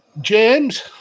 James